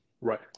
right